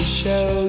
show